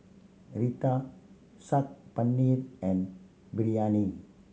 Raita Saag Paneer and Biryani